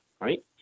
right